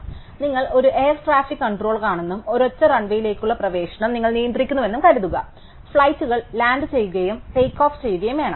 അതിനാൽ നിങ്ങൾ ഒരു എയർ ട്രാഫിക് കൺട്രോളറാണെന്നും ഒരൊറ്റ റൺവേയിലേക്കുള്ള പ്രവേശനം നിങ്ങൾ നിയന്ത്രിക്കുന്നുവെന്നും കരുതുക ഫ്ലൈറ്റുകൾ ലാൻഡ് ചെയ്യുകയും ടേക്ക് ഓഫ് ചെയ്യുകയും വേണം